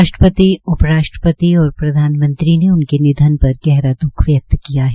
राष्टप्रति उप राष्ट्रपति और प्रधानमंत्री ने उनके निधन पर गहरा द्रख व्यक्त किया है